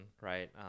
right